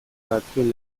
batzuen